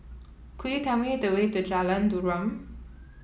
could you tell me the way to Jalan Derum